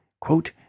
Quote